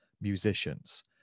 musicians